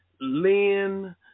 Lynn